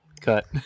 Cut